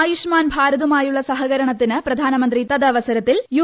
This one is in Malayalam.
ആയുഷ്മാൻ ഭാരതുമായുള്ള സഹകരണത്തിന് പ്രധാനമന്ത്രി തദവസരത്തിൽ യു